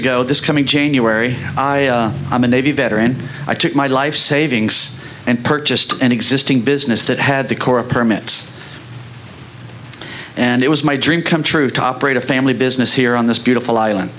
ago this coming january i'm a navy veteran i took my life savings and purchased an existing business that had the corps of permits and it was my dream come true to operate a family business here on this beautiful island